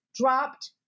dropped